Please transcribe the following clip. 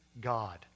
God